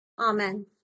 amen